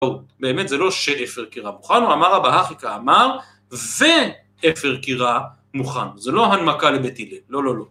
באמת זה לא שאפר כירה מוכן הוא, אמר רבה הכי קאמר ואפר כירה מוכן, זה לא הנמקה לבית הלל, לא לא לא